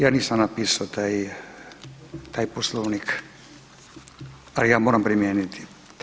Ja nisam napisao taj Poslovnik, ali ga moram primijeniti.